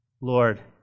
Lord